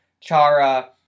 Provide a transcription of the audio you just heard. Chara